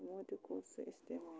تِمو تہِ کوٚر سُہ استعمال